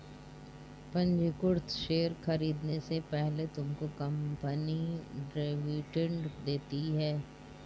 पंजीकृत शेयर खरीदने से पहले तुमको कंपनी डिविडेंड देती है